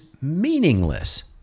meaningless